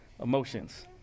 emotions